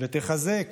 ותחזק